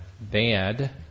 bad